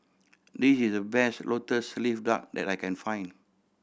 this is the best Lotus Leaf Duck that I can find